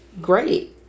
great